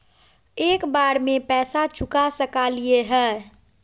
एक बार में पैसा चुका सकालिए है?